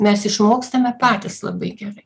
mes išmokstame patys labai gerai